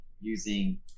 using